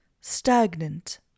stagnant